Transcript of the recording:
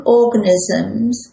organisms